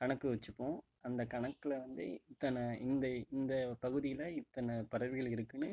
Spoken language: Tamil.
கணக்கு வச்சுப்போம் அந்த கணக்கில் வந்து இத்தனை இந்த இந்த பகுதியில் இத்தனை பறவைகள் இருக்குதுன்னு